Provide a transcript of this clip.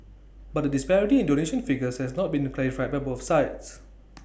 but the disparity in donation figures has not been clarified by both sides